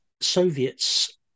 Soviets